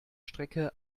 strecke